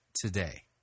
Today